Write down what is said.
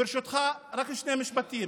ברשותך, רק שני משפטים.